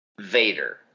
Vader